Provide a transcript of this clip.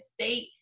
state